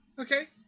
Okay